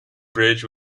bridge